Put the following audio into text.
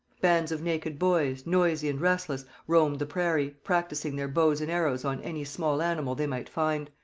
bands of naked boys, noisy and restless, roamed the prairie, practising their bows and arrows on any small animal they might find.